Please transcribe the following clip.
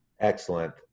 Excellent